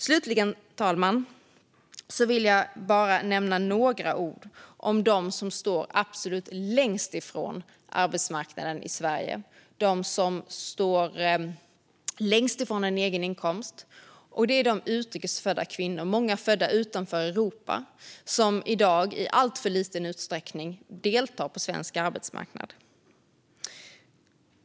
Slutligen, fru talman, vill jag bara nämna några ord om dem som står absolut längst ifrån arbetsmarknaden i Sverige och längst ifrån en egen inkomst. Det är de utrikes födda kvinnorna, många födda utanför Europa, som i dag i alltför liten utsträckning deltar på svensk arbetsmarknad.